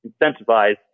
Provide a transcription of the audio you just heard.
incentivize